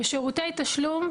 מה זה שרותי תשלום?